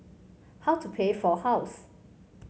how to pay for house